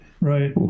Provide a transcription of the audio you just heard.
Right